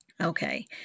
Okay